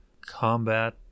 combat